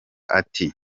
ati